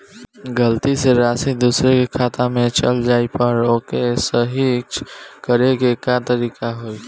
गलती से राशि दूसर के खाता में चल जइला पर ओके सहीक्ष करे के का तरीका होई?